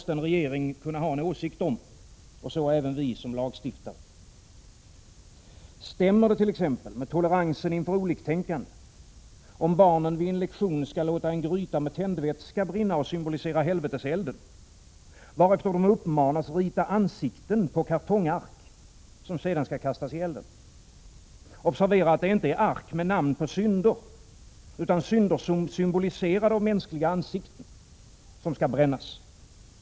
En regering måste ha en åsikt i denna fråga, så även vi som lagstiftar. Stämmer det t.ex. med toleransen inför oliktänkande om barnen vid en lektion skall låta en gryta med tändväska brinna och symbolisera helveteselden, varefter elever uppmanas rita ansikten på kartongark som sedan skall kastas i elden? Observera att det inte är ark med namn på synder utan synder som symboliserar de mänskliga ansikten som skall brännas.